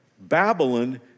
Babylon